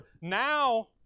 now